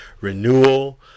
renewal